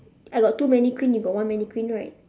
I got two mannequin you got one mannequin right